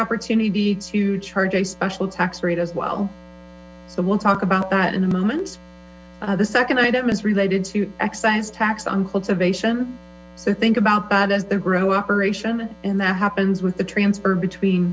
opportunity to charge a special tax rate as well so we'll talk about that in a moment the second item is related to excise tax on cultivation so think about that as the grow operation and that happens with the transfer between